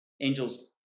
angels